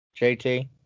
JT